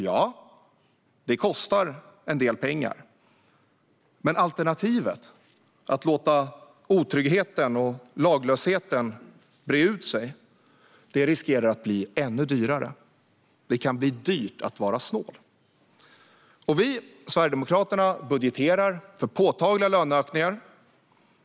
Ja, det kostar en del pengar, men alternativet - att låta otryggheten och laglösheten breda ut sig - riskerar att bli ännu dyrare. Det kan bli dyrt att vara snål. Vi, Sverigedemokraterna, budgeterar för påtagliga löneökningar.